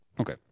Okay